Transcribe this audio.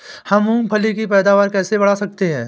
हम मूंगफली की पैदावार कैसे बढ़ा सकते हैं?